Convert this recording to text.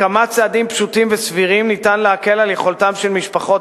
בכמה צעדים פשוטים וסבירים ניתן להקל על יכולתן של משפחות